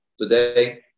Today